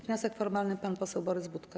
Wniosek formalny - pan poseł Borys Budka.